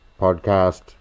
Podcast